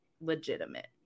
legitimate